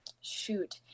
shoot